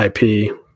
IP